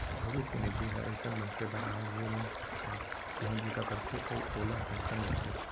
भविस्य निधि ह अइसन मनसे बर आय जेन ह कहूँ बूता करथे अउ ओला तनखा मिलथे